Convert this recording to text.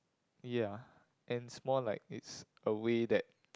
ye and it's more like it's a way that